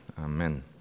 Amen